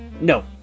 No